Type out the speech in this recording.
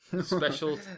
special